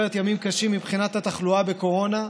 עוברת ימים קשים מבחינת התחלואה בקורונה,